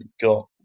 got